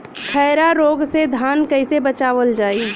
खैरा रोग से धान कईसे बचावल जाई?